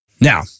Now